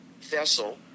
vessel